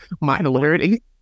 Minority